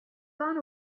gone